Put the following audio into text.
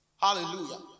Hallelujah